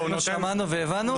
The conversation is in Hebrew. שמענו והבנו.